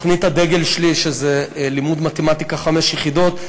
תוכנית הדגל שלי היא לימוד מתמטיקה חמש יחידות.